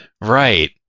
right